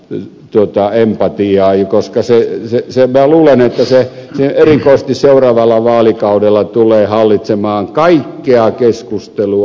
nyt jonkinlaista empatiaa koska minä luulen että se erikoisesti seuraavalla vaalikaudella tulee hallitsemaan kaikkea keskustelua